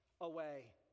away